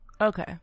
Okay